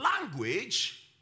language